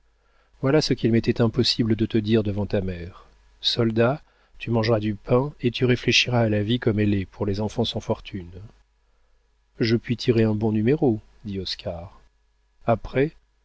voilà ce qu'il m'était impossible de te dire devant ta mère soldat tu mangeras du pain et tu réfléchiras à la vie comme elle est pour les enfants sans fortune je puis tirer un bon numéro dit oscar après